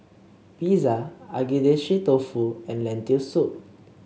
Pizza Agedashi Dofu and Lentil Soup